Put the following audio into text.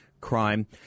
crime